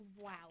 wow